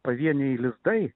pavieniai lizdai